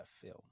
film